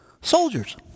soldiers